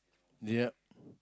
yeah